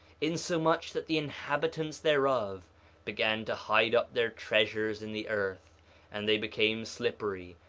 insomuch that the inhabitants thereof began to hide up their treasures in the earth and they became slippery,